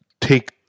take